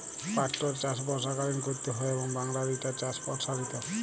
পাটটর চাষ বর্ষাকালীন ক্যরতে হয় এবং বাংলায় ইটার চাষ পরসারিত